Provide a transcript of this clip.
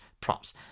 props